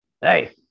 Hey